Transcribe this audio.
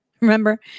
Remember